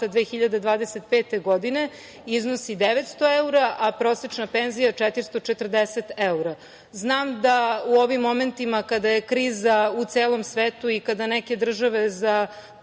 2025. godine iznosi 900 evra, a prosečna penzija 440 evra. Znam da u ovim momentima kada je kriza u celom svetu i kada neke države za